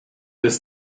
des